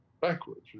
Backwards